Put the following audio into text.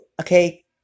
Okay